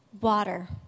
Water